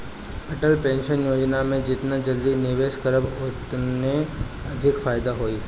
Atal pension योजना में जेतना जल्दी निवेश करबअ ओतने अधिका फायदा होई